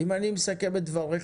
אם אני מסכם את דבריך,